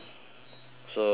so